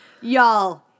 Y'all